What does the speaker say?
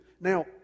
Now